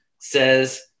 says